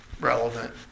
Relevant